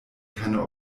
keine